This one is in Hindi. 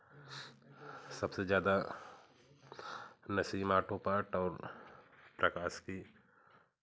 सबसे ज़्यादा नसीम ऑटो पार्ट और प्रकाश की